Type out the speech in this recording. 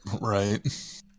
right